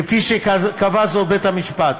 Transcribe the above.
כפי שקבע זאת בית-המשפט.